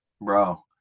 bro